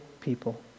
people